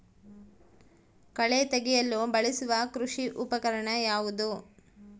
ಕಳೆ ತೆಗೆಯಲು ಬಳಸುವ ಕೃಷಿ ಉಪಕರಣ ಯಾವುದು?